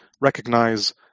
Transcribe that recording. recognize